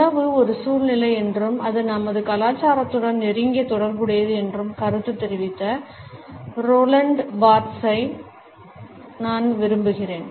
உணவு ஒரு சூழ்நிலை என்றும் அது நமது கலாச்சாரத்துடன் நெருங்கிய தொடர்புடையது என்றும் கருத்து தெரிவித்த ரோலண்ட் பார்த்ஸை நான் விரும்புகிறேன்